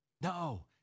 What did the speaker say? No